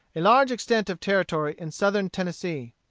a large extent of territory in southern tennessee.